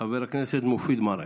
חבר הכנסת מופיע מרעי.